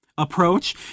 Approach